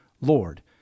Lord